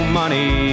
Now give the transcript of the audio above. money